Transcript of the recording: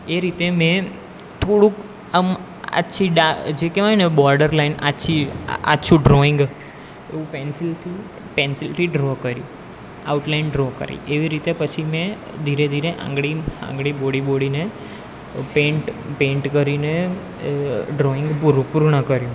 એ રીતે મેં થોડુંક આમ આછી ડા જે કહેવાયને બોર્ડર લાઇન આછી આછું ડ્રોઈંગ એવું પેન્સિલથી પેન્સિલથી ડ્રો કર્યું આઉટલાઇન ડ્રો કરી એવી રીતે પછી મેં ધીરે ધીરે આંગળી આંગળી બોળી બોળીને પેન્ટ પેન્ટ કરીને એ ડ્રોઈંગ પૂરું પૂર્ણ કર્યું